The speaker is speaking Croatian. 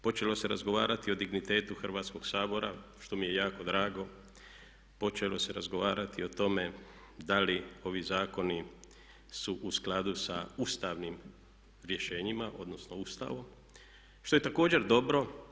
Počelo se razgovarati o dignitetu Hrvatskog sabora, što mi je jako drago, počelo se razgovarati o tome da li ovi zakoni su u skladu sa ustavnim rješenjima, odnosno Ustavom što je također dobro.